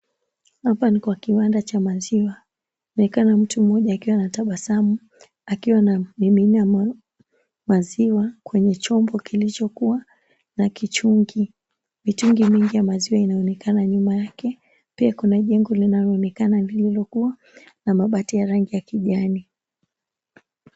Hapa ni kwa kiwanda cha maziwa. Kunaonekana mtu mmoja akiwa anatabasamu akiwa anamimina maziwa kwenye chombo kilichokuwa na kichungi. Mitungi mingi ya maziwa inaonekana nyuma yake, pia kuna jengo linaloonekana lililokuwa na mabati ya rangi ya kijani.